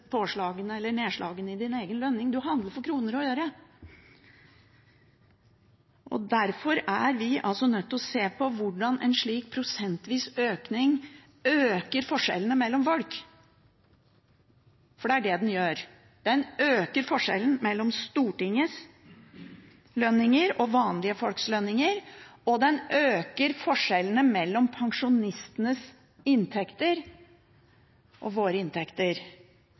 påslagene eller avslagene i sin egen lønning, man handler for kroner og øre. Derfor er vi altså nødt til å se på hvordan en slik prosentvis økning øker forskjellene mellom folk. For det er det den gjør: Den øker forskjellen mellom stortingsrepresentantenes lønninger og vanlige folks lønninger, og den øker forskjellene mellom pensjonistenes inntekter og våre inntekter.